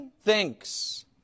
thinks